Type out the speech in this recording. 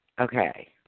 okay